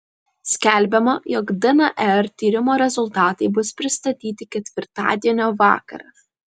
skelbiama jog dnr tyrimo rezultatai bus pristatyti ketvirtadienio vakarą